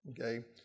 okay